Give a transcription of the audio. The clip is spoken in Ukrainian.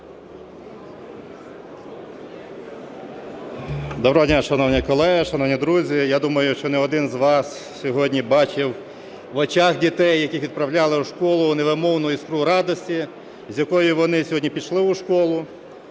Доброго дня, шановні колеги, шановні друзі! Я думаю, що не один із вас сьогодні бачив в очах дітей, яких відправляли в школу, невимовну радість, з якою вони сьогодні пішли у школу.